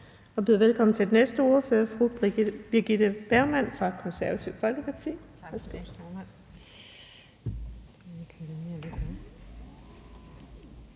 Vi byder velkommen til den næste ordfører, fru Birgitte Bergman fra Det Konservative Folkeparti.